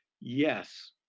yes